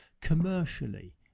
commercially